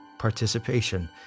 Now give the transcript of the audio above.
participation